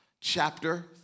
chapter